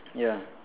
ya